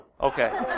Okay